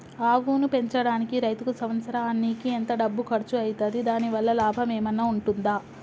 ఆవును పెంచడానికి రైతుకు సంవత్సరానికి ఎంత డబ్బు ఖర్చు అయితది? దాని వల్ల లాభం ఏమన్నా ఉంటుందా?